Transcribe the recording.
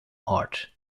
art